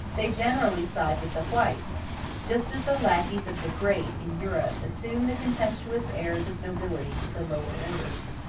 they generally side with the whites just as the lackeys of the great, in europe, assume the contemptuous airs of nobility to the lower orders.